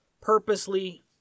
purposely